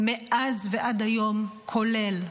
מאז ועד היום, כולל.